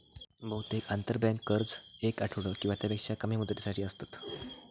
बहुतेक आंतरबँक कर्ज येक आठवडो किंवा त्यापेक्षा कमी मुदतीसाठी असतत